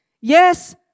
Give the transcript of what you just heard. Yes